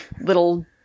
little